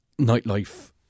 nightlife